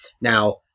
Now